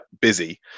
busy